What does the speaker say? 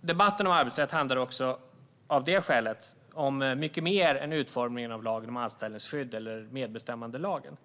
Debatten om arbetsrätt handlar också av det skälet om mycket mer än utformningen av lagen om anställningsskydd eller medbestämmandelagen.